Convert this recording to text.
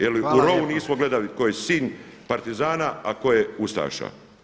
Jer u rovu nismo gledali tko je sin partizana, a tko je ustaša.